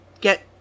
get